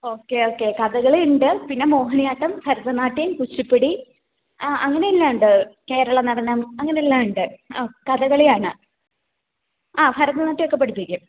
okay okay Kathakali ഉണ്ട് പിന്നെ മോഹിനിയാട്ടം ഭരതനാട്യം കുച്ചിപ്പുടി ആ അങ്ങനെ എല്ലാം ഉണ്ട് കേരളനടനം അങ്ങനെ എല്ലാം ഉണ്ട് കഥകളിയാണ് ആ ഭരതനാട്യം ഒക്കെ പഠിപ്പിക്കും